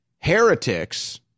heretics